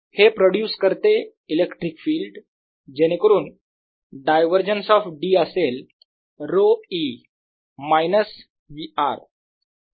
हे प्रोड्युस करते electric field जेणेकरून डायव्हरजन्स ऑफ D असेल ρ E - मायनस V r